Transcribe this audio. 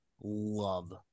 love